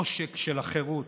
עושק של החירות.